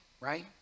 right